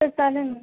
sir चालेल ना